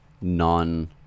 non-